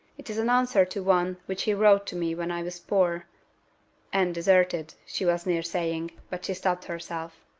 it is an answer to one which he wrote to me when i was poor and deserted, she was near saying, but she stopped herself.